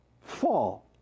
fall